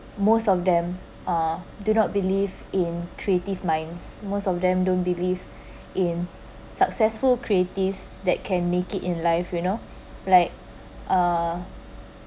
most of them uh do not believe in creative minds most of them don't believe in successful creatives that can make it in life you know like uh